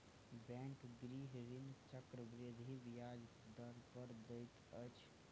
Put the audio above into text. bank गृह ऋण चक्रवृद्धि ब्याज दर पर दैत अछि